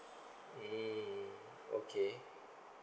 mm okay